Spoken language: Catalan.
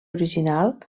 original